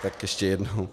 Tak ještě jednou.